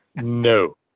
No